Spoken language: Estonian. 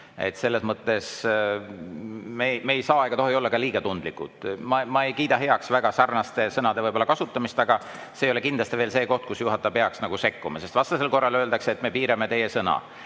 Selles mõttes me ei saa ega tohi olla ka liiga tundlikud. Ma ei kiida väga heaks seesuguste sõnade kasutamist. Aga see ei ole kindlasti see koht, kus juhataja peaks sekkuma, sest vastasel korral öeldakse, et me piirame teie